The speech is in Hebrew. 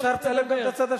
אפשר לצלם גם את הצד השני.